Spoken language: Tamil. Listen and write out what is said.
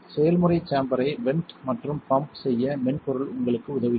செயல்முறை சேம்பரை வென்ட் மற்றும் பம்ப் செய்ய மென்பொருள் உங்களுக்கு உதவுகிறது